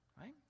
right